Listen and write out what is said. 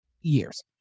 years